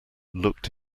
looked